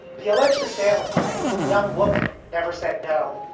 the alleged assailant claims the young woman never said no.